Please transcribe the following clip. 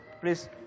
please